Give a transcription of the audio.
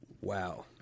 wow